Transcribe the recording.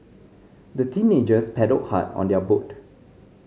the teenagers paddled hard on their boat